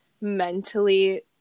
mentally